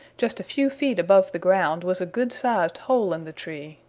just a few feet above the ground was a good sized hole in the tree,